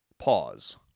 pause